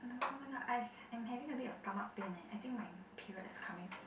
oh-my-god I've I'm having a bit of stomach pain eh I think my period is coming